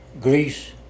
Greece